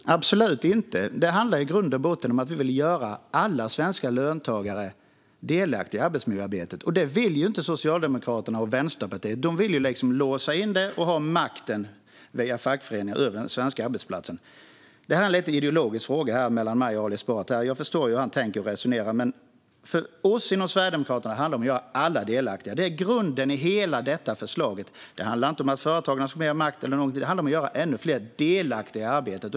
Fru talman! Så är det absolut inte. Det handlar i grund och botten om att vi vill göra alla svenska löntagare delaktiga i arbetsmiljöarbetet. Det vill inte Socialdemokraterna och Vänsterpartiet. De vill låsa in detta och via fackföreningar ha makten över de svenska arbetsplatserna. Detta är en ideologisk fråga mellan mig och Ali Esbati. Jag förstår hur han tänker och resonerar. För oss inom Sverigedemokraterna handlar det om att göra alla delaktiga. Det är grunden i hela detta förslag. Det handlar inte om att företagarna ska ha mer makt eller någonting sådant, utan det handlar om att göra ännu fler delaktiga i arbetet.